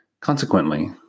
Consequently